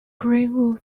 greenwood